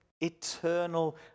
eternal